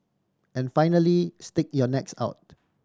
and finally stick your necks out